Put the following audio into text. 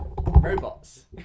Robots